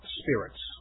spirits